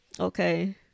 Okay